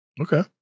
Okay